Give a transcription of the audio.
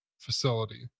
Facility